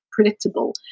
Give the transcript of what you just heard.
Predictable